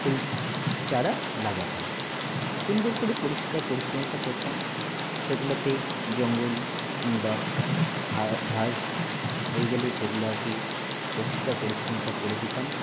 ফুল চারা লাগাতাম সুন্দর করে পরিষ্কার পরিছন্নতা করতাম সেগুলাতে জঙ্গল কিংবা ঘাস হয়ে গেলে সেগুলাকে পরিষ্কার পরিচ্ছন্নতা করে দিতাম